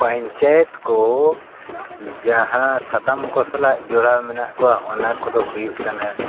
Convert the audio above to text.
ᱯᱚᱧᱪᱟᱭᱮᱛ ᱠᱚ ᱡᱟᱦᱟᱸ ᱥᱟᱛᱟᱢ ᱠᱚ ᱥᱟᱞᱟᱜ ᱡᱚᱲᱟᱣ ᱢᱮᱱᱟᱜ ᱠᱚᱣᱟ ᱚᱱᱟ ᱠᱚᱫᱚ ᱦᱩᱭᱩᱜ ᱠᱟᱱᱟ